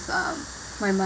um muminah